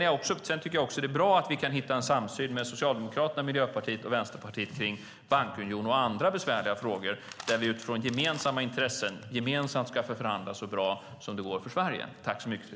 Jag tycker också att det är bra att vi kan hitta en samsyn med Socialdemokraterna, Miljöpartiet och Vänsterpartiet kring bankunionen och andra besvärliga frågor där vi utifrån gemensamma intressen gemensamt ska förhandla så bra som det går för Sverige.